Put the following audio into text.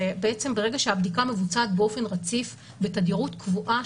שברגע שהבדיקה מבוצעת באופן רציף בתדירות קבועה,